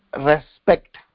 respect